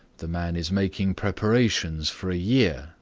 the man is making preparations for a year,